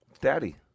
daddy